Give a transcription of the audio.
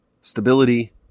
stability